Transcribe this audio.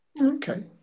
Okay